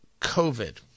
COVID